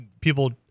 People